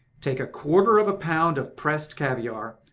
take a quarter of a pound of pressed caviar,